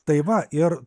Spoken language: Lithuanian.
tai va ir